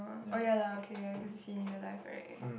oh ya lah okay cause seen in real life right